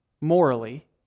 morally